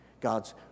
God's